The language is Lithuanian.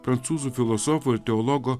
prancūzų filosofo ir teologo